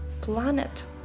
planet